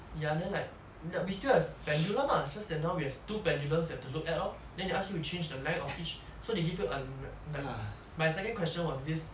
ya then like we still have pendulum ah just that now we have two pendulums we have to look at lor then they ask you to change the length of each so they give you a m~ my my second question was this